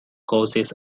causes